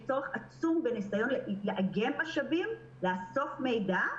יש צורך עצום בניסיון לאגם משאבים, לאסוף מידע,